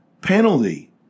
penalty